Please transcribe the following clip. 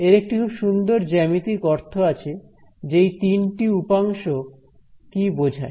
এর একটি খুব সুন্দর জ্যামিতিক অর্থ আছে যে এই তিনটি উপাংশ কী বোঝায়